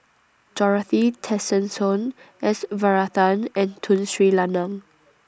Dorothy Tessensohn S Varathan and Tun Sri Lanang